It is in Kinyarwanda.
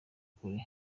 kure